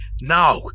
now